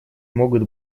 могут